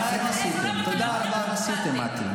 מה אתם עשיתם, מטי?